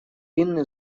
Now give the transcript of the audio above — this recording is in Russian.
инны